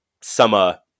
summer